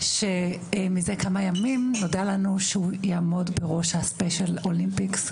שמזה כמה ימים נודע לנו שהוא יעמוד בראש ה"ספיישל אולימפיקס".